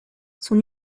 son